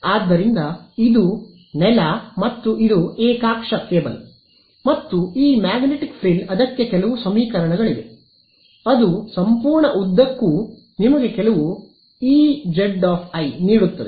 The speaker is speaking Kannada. ಆದ್ದರಿಂದ ಇದು ನೆಲ ಮತ್ತು ಇದು ಏಕಾಕ್ಷ ಕೇಬಲ್ ಮತ್ತು ಈ ಮ್ಯಾಗ್ನೆಟಿಕ್ ಫ್ರಿಲ್ ಅದಕ್ಕೆ ಕೆಲವು ಸಮೀಕರಣಗಳಿವೆ ಅದು ಸಂಪೂರ್ಣ ಉದ್ದಕ್ಕೂ ನಿಮಗೆ ಕೆಲವು ಈಜೆಡ್ ಐ ನೀಡುತ್ತದೆ